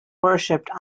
worshipped